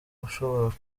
ushobora